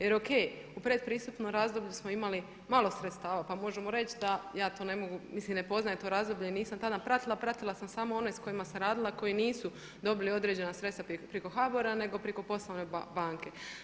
Jer o.k. u predpristupnom razdoblju smo imali malo sredstava pa možemo reći, da ja to ne mogu mislim ne poznajem to razdoblje i nisam tada pratila, pratila sam samo one s kojima sam radila koji nisu dobili određena sredstva preko HBOR-a nego preko poslovne banke.